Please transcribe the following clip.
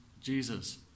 Jesus